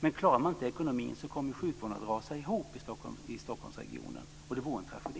Men klarar man inte ekonomin kommer sjukvården att rasa ihop i Stockholmsregionen. Det vore en tragedi.